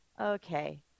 Okay